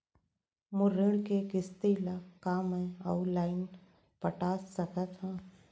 मोर ऋण के किसती ला का मैं अऊ लाइन पटा सकत हव?